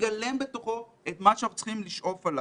שמגלם בתוכו את מה שאנחנו צריכים לשאוף אליו.